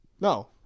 No